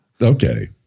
Okay